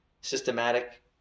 systematic